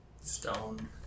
Stone